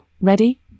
Ready